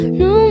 no